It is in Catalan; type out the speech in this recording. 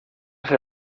ser